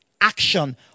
action